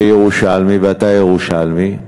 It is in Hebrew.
כירושלמי, ואתה ירושלמי: